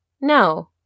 No